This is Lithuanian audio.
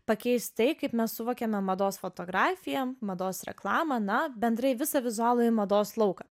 pakeis tai kaip mes suvokėme mados fotografiją mados reklamą na bendrai visą vizualųjį mados lauką